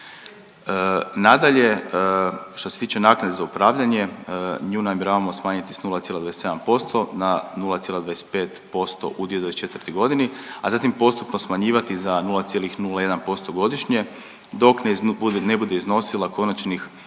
Nadalje, što se tiče naknade za upravljanje nju namjeravamo smanjiti sa 0,27% na 0,25% udio u 2024. godini, a zatim postupno smanjivati za 0,01% godišnje dok ne bude iznosila konačnih